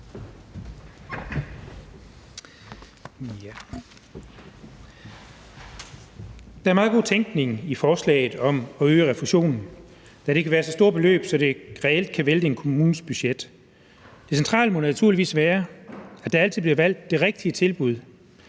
Der er meget god tænkning i forslaget om at øge refusionen, da det kan være så store beløb, at det reelt kan vælte en kommunes budget. Det centrale må naturligvis være, at der altid bliver valgt det rigtige tilbud